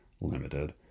limited